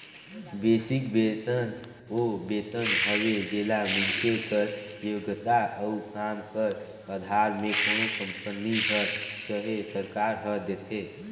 basic बेतन ओ बेतन हवे जेला मइनसे कर योग्यता अउ काम कर अधार में कोनो कंपनी हर चहे सरकार हर देथे